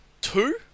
two